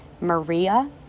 Maria